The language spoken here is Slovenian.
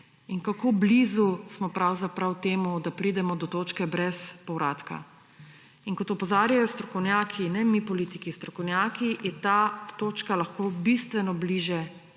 in kako blizu smo pravzaprav temu, da pridemo do točke brez povratka. In kot opozarjajo strokovnjaki, ne mi politiki, strokovnjaki, je ta točka lahko bistveno bližje,